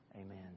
Amen